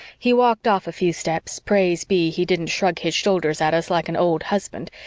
he walked off a few steps praise be, he didn't shrug his shoulders at us like an old husband,